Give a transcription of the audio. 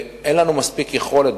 ואין לנו מספיק יכולת,